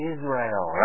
Israel